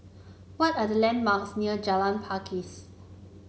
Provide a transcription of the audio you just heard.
what are the landmarks near Jalan Pakis